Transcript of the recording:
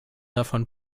davon